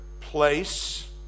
place